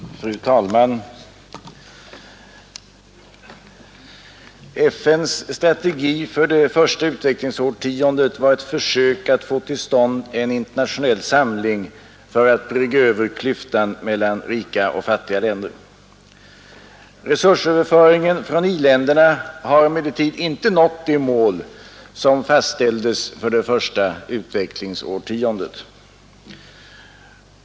Fru talman! FN:s strategi för det första utvecklingsårtiondet var ett försök att få till stånd en internationell samling för att brygga över klyftan mellan rika och fattiga länder. Resursöverföringen från i-länderna har emellertid inte nått det mål som fastställdes för det första utvecklingsårtiondet.